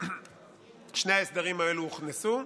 שני ההסדרים האלה הוכנסו.